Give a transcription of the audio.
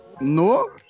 No